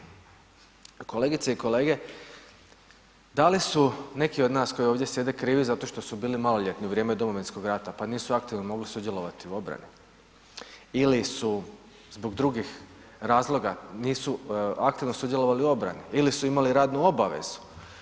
Kolegice i kolege, da li su neki od nas koji ovdje sjede krivi zato što su bili maloljetni u vrijeme Domovinskog rata pa nisu aktivno mogli sudjelovati u obrani ili su zbog drugih razloga nisu aktivno sudjelovali u obrani ili su imali radnu obavezu?